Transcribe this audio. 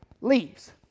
leaves